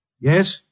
Yes